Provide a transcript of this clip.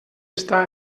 està